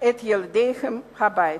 את ילדיהן הביתה.